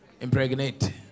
Impregnate